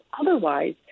Otherwise